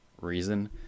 reason